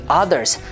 others 。